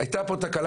הייתה פה תקלה,